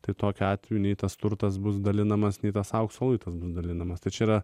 tai tokiu atveju nei tas turtas bus dalinamas nei tas aukso luitas nedalinamas tad yra